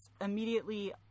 immediately